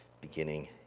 beginning